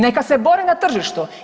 Neka se bore na tržištu.